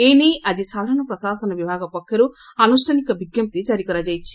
ଏ ନେଇ ଆକି ସାଧାରଣ ପ୍ରଶାସନ ବିଭାଗ ପକ୍ଷରୁ ଆନୁଷ୍ଠାନିକ ବିଙ୍କପ୍ତି କାରି ହୋଇଛି